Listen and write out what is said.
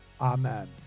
Amen